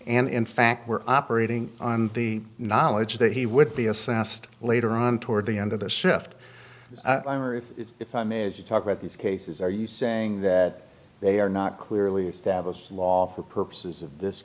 and in fact were operating on the knowledge that he would be assessed later on toward the end of the shift i am or if i may as you talk about these cases are you saying that they are not clearly established law for purposes of this